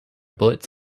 bullets